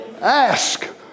ask